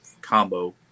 combo